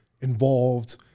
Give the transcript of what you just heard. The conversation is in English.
involved